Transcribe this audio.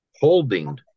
holding